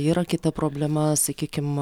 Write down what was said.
yra kita problema sakykim